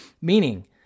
Meaning